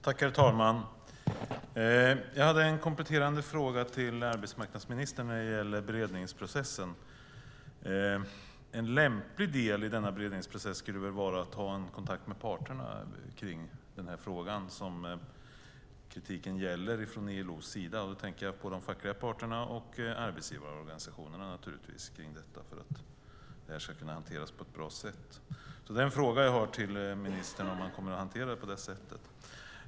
Herr talman! Jag hade en kompletterande fråga till arbetsmarknadsministern när det gäller beredningsprocessen. En lämplig del i denna beredningsprocess skulle väl vara att ta en kontakt med parterna kring den fråga som kritiken gäller från ILO:s sida för att det här ska kunna hanteras på ett bra sätt. Då tänker jag naturligtvis på de fackliga parterna och arbetsgivarorganisationerna. Det är en fråga till ministern: Kommer ni att hantera det på det sättet?